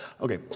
Okay